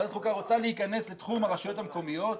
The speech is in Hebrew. ועדת חוקה רוצה להיכנס לתחום הרשויות המקומיות,